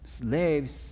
slaves